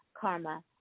Karma